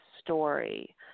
story